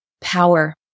power